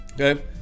Okay